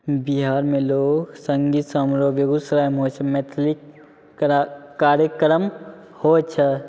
बिहारमे लोकसङ्गीत समारोह बेगूसरायमे होइ छै मैथिली करा कार्यक्रम होइ छै